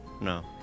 No